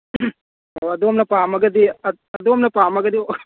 ꯑꯗꯣꯝꯅ ꯄꯥꯝꯃꯒꯗꯤ ꯑꯗꯣꯝꯅ ꯄꯥꯝꯃꯒꯗꯤ